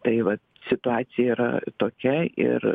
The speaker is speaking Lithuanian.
tai va situacija yra tokia ir